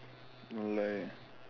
don't lie ah